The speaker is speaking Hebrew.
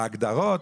בהגדרות,